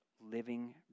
living